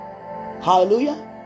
hallelujah